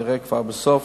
ונראה כבר בסוף,